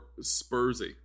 spursy